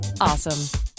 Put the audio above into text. awesome